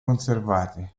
conservate